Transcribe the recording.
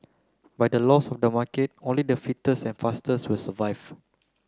by the laws of the market only the fittest and fastest will survive